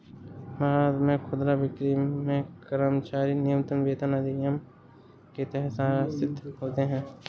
भारत में खुदरा बिक्री में कर्मचारी न्यूनतम वेतन अधिनियम के तहत शासित होते है